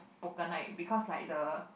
poker night because like the